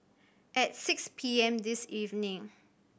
at six P M this evening